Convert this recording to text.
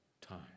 time